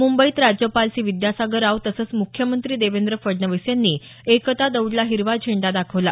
मुंबईत राज्यपाल सी विद्यासागर राव तसंच मुख्यमंत्री देवेंद्र फडणवीस यांनी एकता दौडला हिरवा झेंडा दाखवला